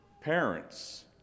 parents